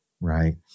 Right